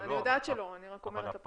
אני יודעת שלא, אני רק אומרת.